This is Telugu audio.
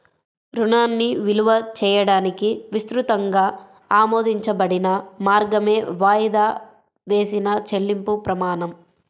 రుణాన్ని విలువ చేయడానికి విస్తృతంగా ఆమోదించబడిన మార్గమే వాయిదా వేసిన చెల్లింపు ప్రమాణం